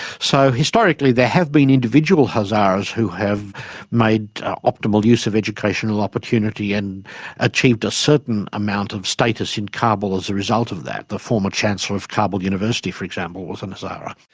so historically there have been individual hazaras who have made optimal use of educational opportunity and achieved a certain amount of status in kabul as a result of that. the former chancellor of kabul university, for example, was a and hazara.